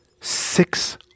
six